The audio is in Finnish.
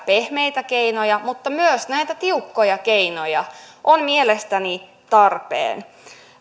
pehmeitä keinoja mutta myös näitä tiukkoja keinoja on mielestäni tarpeen